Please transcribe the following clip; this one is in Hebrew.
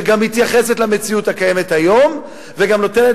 שגם מתייחסת למציאות הקיימת היום וגם נותנת